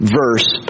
verse